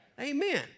Amen